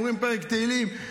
אומרים פרק תהילים,